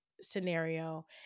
scenario